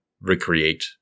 recreate